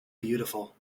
beautiful